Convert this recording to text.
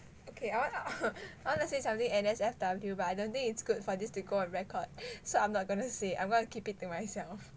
okay I want I want to say something N_S_F_W but I don't think it's good for this to go record so I'm not gonna say I'm going to keep it to myself